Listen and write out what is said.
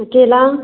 केला